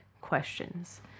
questions